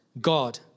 God